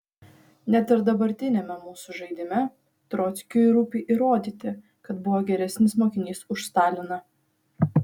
net ir dabartiniame mūsų žaidime trockiui rūpi įrodyti kad buvo geresnis mokinys už staliną